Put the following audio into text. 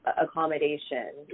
accommodation